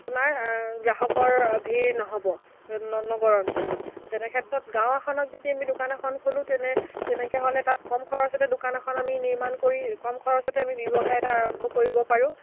আপোনাৰ গ্ৰাহকৰ ভিৰ নহ'ব ন নগৰ অঞ্চলত আৰু তেনেক্ষেত্ৰত গাঁও এখনত যদি আমি দোকান এখন খোলোঁ তেনে তেনেকৈ হ'লে তাত কম খৰচতে দোকান এখন আমি নিৰ্মাণ কৰি কম খৰচতে আমি ব্যৱসায় এটা আৰম্ভ কৰিব পাৰোঁ